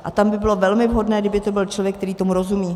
A tam by bylo velmi vhodné, kdyby to byl člověk, který tomu rozumí.